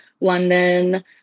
London